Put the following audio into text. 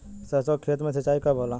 सरसों के खेत मे सिंचाई कब होला?